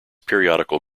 periodical